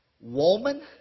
Woman